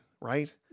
right